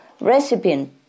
recipient